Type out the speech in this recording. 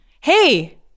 Hey